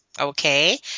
okay